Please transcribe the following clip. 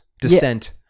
descent